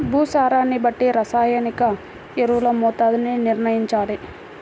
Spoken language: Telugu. భూసారాన్ని బట్టి రసాయనిక ఎరువుల మోతాదుని నిర్ణయంచాలి